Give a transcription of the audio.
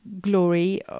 glory